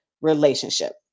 relationship